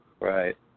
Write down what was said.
Right